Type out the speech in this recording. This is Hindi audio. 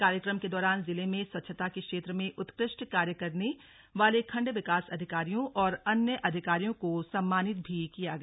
कार्यक्रम के दौरान जिले मे स्वच्छता के क्षेत्र में उत्कृष्ट कार्य करने वाले खण्ड विकास अधिकारियों और अन्य अधिकारियों को सम्मानित भी किया गया